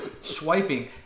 swiping